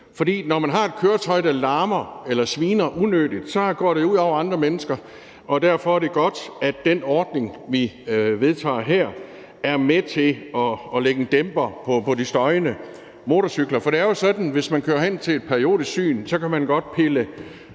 For når man har et køretøj, der larmer eller sviner unødigt, går det ud over andre mennesker, og derfor er det godt, at den ordning, vi vedtager her, er med til at lægge en dæmper på de støjende motorcykler. For det er jo sådan, at hvis man kører hen til et periodisk syn, så kan man godt sætte